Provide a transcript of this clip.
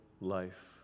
life